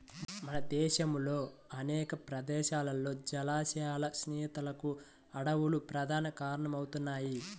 మన దేశంలో అనేక ప్రదేశాల్లో జలాశయాల క్షీణతకు అడవులు ప్రధాన కారణమవుతున్నాయి